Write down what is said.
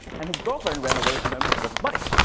and his girlfriend ran away from him with his money.